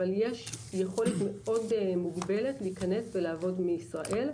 אבל יש יכולת מאוד מוגבלת להיכנס ולעבוד מישראל,